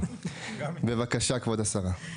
בבקשה, כבוד השרה.